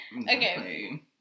Okay